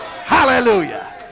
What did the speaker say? Hallelujah